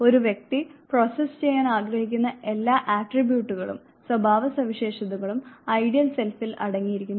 ഒരു വ്യക്തി പ്രോസസ്സ് ചെയ്യാൻ ആഗ്രഹിക്കുന്ന എല്ലാ ആട്രിബ്യൂട്ടുകളും സ്വഭാവസവിശേഷതകളും ഐഡിയൽ സെൽഫിൽ അടങ്ങിയിരിക്കുന്നു